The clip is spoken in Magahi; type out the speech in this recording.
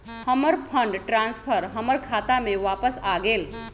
हमर फंड ट्रांसफर हमर खाता में वापस आ गेल